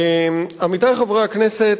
עמיתי חברי הכנסת,